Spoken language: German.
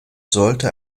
sollte